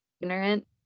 ignorant